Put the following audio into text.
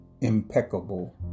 impeccable